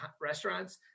restaurants